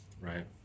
Right